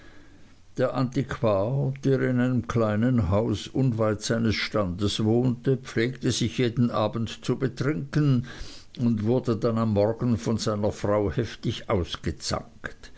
der antiquar der in einem kleinen hause unweit seines standes wohnte pflegte sich jeden abend zu betrinken und wurde dann am morgen von seiner frau heftig ausgezankt